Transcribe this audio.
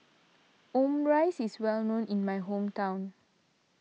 Omurice is well known in my hometown